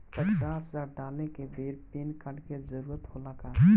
पचास हजार डाले के बेर पैन कार्ड के जरूरत होला का?